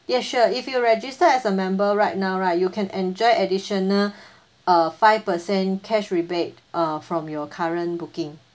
yes sure if you register as a member right now right you can enjoy additional uh five percent cash rebate uh from your current booking